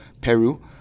Peru